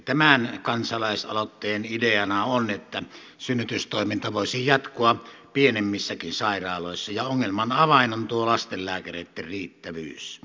tämän kansalaisaloitteen ideana on että synnytystoiminta voisi jatkua pienemmissäkin sairaaloissa ja ongelman avain on tuo lastenlääkäreitten riittävyys